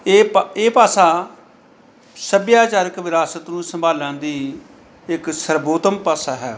ਇਹ ਭਾ ਇਹ ਭਾਸ਼ਾ ਸੱਭਿਆਚਾਰਕ ਵਿਰਾਸਤ ਨੂੰ ਸੰਭਾਲਣ ਦੀ ਇੱਕ ਸਰਵੋਤਮ ਭਾਸਾ ਹੈ